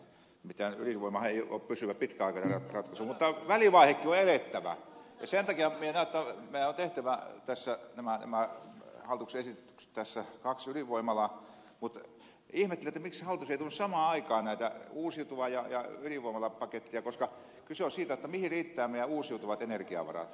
nimittäin ydinvoimahan ei ole pysyvä pitkäaikainen ratkaisu mutta välivaihekin on elettävä ja sen takia minä näen että meidän on tehtävä päätökset tässä näistä hallituksen esityksistä kaksi ydinvoimalaa mutta ihmettelen miksi hallitus ei tuonut samaan aikaan näitä uusiutuvia ja ydinvoimalapakettia koska kyse on siitä mihin riittävät meidän uusiutuvat energiavarat